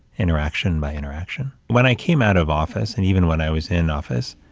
interaction by interaction. when i came out of office, and even when i was in office,